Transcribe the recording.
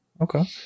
Okay